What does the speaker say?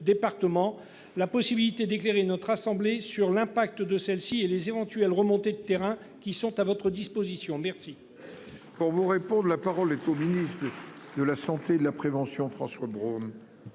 la possibilité d'éclairer notre assemblée sur l'impact de celle-ci et les éventuelles remontées de terrain qui sont à votre disposition. Merci. Pour vous réponde. La parole est au ministère de la Santé de la prévention François Braun.